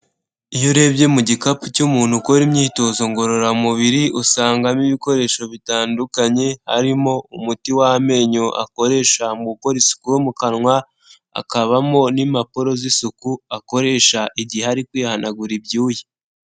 Iyo urebye mu gikapu cy'umuntu ukora imyitozo ngororamubiri usangamo ibikoresho bitandukanye, harimo umuti w'amenyo akoresha mu kanwa, hakabamo n'impapuro z'isuku akoresha igihe ari kwihanagura ibyuya.